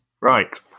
Right